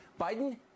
Biden